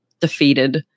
defeated